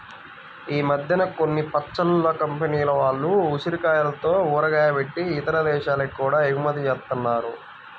ఈ మద్దెన కొన్ని పచ్చళ్ళ కంపెనీల వాళ్ళు ఉసిరికాయలతో ఊరగాయ బెట్టి ఇతర దేశాలకి గూడా ఎగుమతి జేత్తన్నారు